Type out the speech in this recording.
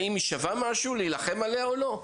האם היא שווה משהו להילחם עליה או לא?